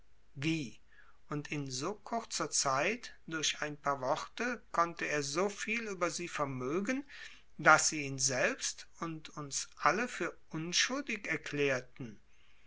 und in so kurzer zeit durch ein paar worte konnte er so viel über sie vermögen daß sie ihn selbst und uns alle für unschuldig erklärten